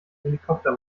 helikopter